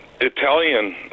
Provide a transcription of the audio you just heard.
Italian